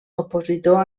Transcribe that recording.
opositor